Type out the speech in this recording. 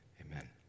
Amen